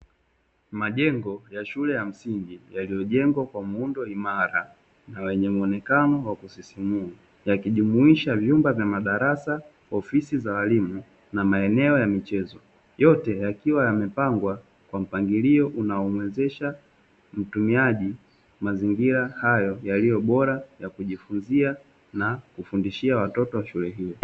Majengo ya shule ya msingi yaliyojengwa kwa muundo imara na yenye muonekano wa kusisimua, yakijumuisha vyumba vya madarasa, ofisi za walimu na maeneo ya michezo. Yote yakiwa yamepangwa kwa mpangilio unaomuwezesha mtumiaji mazingira hayo yaliyo bora ya kujifunzia na kufundishia watoto wa shule hii.